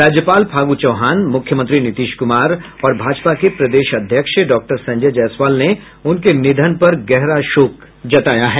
राज्यपाल फागू चौहान मुख्यमंत्री नीतीश कुमार और भाजपा के प्रदेश अध्यक्ष डॉक्टर संजय जायसवाल ने उनके के निधन पर गहरा शोक जताया है